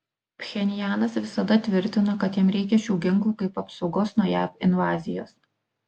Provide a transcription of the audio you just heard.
pchenjanas visada tvirtino kad jam reikia šių ginklų kaip apsaugos nuo jav invazijos